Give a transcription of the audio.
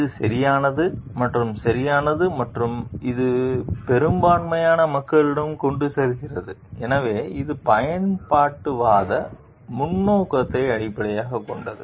இது சரியானது மற்றும் சரியானது மற்றும் இது பெரும்பான்மையான மக்களிடம் கொண்டு செல்கிறது எனவே இது பயன்பாட்டுவாத முன்னோக்கை அடிப்படையாகக் கொண்டது